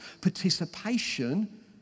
participation